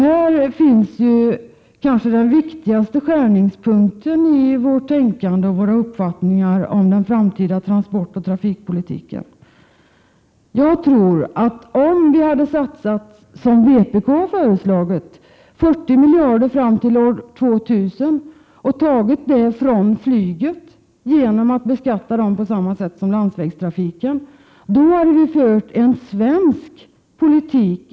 Här finns kanske den viktigaste skärningspunkten i vårt tänkande och våra uppfattningar när det gäller den framtida transportoch trafikpolitiken. Om vi skulle satsa 40 miljarder, som vpk har föreslagit, fram till år 2000 och ta dem ifrån flygtrafiken genom att beskatta den på samma sätt som landsvägstrafiken, tror jag att vi hade fört en svensk politik.